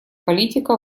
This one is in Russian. политика